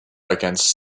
against